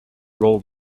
role